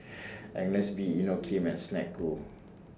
Agnes B Inokim and Snek Ku